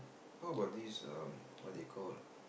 how about this um what they call